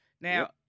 Now